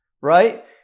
right